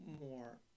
more